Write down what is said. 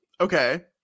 Okay